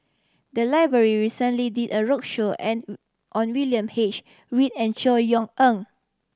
the library recently did a roadshow and on William H Read and Chor Yeok Eng